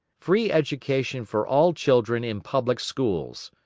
free education for all children in public schools.